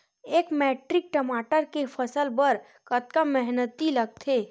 एक मैट्रिक टमाटर के फसल बर कतका मेहनती लगथे?